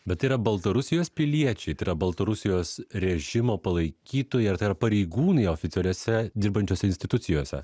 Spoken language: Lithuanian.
bet tai yra baltarusijos piliečiai tai yra baltarusijos režimo palaikytojai ar tai yra pareigūnai oficialiose dirbančiose institucijose